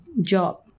job